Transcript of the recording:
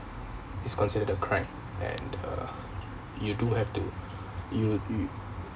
is considered the crime and uh you do have to you you